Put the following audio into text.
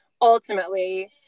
ultimately